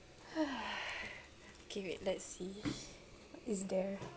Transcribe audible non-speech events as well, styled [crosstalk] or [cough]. [noise] okay wait let's see is there